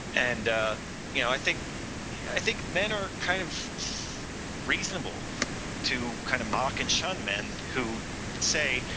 and ah you know i think yeah think men are kind of reasonable to kind of mock and shun men, who say,